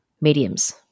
mediums